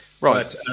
Right